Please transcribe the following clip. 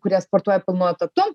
ir kurie sportuoja pilnu etatu